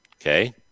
Okay